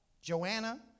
Joanna